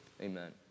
Amen